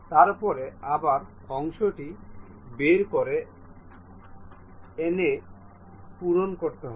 তারপরে আবার অংশটি বের করে এনে পূরণ করতে হবে